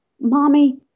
Mommy